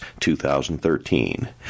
2013